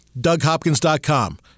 DougHopkins.com